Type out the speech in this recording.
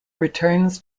returns